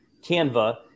Canva